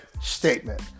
statement